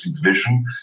vision